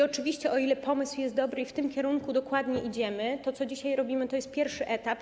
Oczywiście, pomysł jest dobry i w tym kierunku dokładnie idziemy, to, co dzisiaj robimy, to jest pierwszy etap.